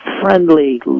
friendly